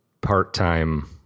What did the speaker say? part-time